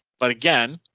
but again,